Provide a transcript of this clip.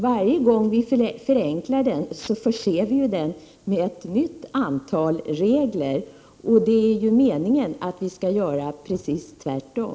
Varje gång vi förenklar den förser vi den med en ny uppsättning regler, och det är meningen att vi skall göra precis tvärtom.